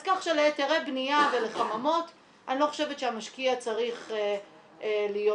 אז כך שלהיתרי בנייה ולחממות אני לא חושבת שהמשקיע צריך להיות שם.